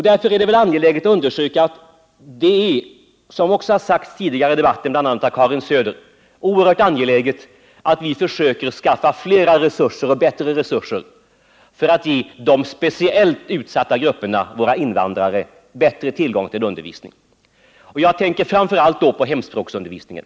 Därför är det angeläget att understryka, som också har sagts tidigare i debatten av bl.a. Karin Söder, att det är oerhört viktigt att vi försöker skaffa flera och bättre resurser för att ge de speciellt utsatta grupperna, våra invandrare, tillgång till undervisning. Jag tänker då framför allt på hemspråksundervisningen.